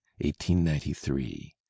1893